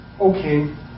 okay